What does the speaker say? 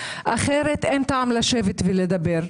אחרת אין טעם לשבת ולדבר.